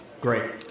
Great